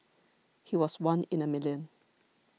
he was one in a million